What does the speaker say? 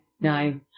no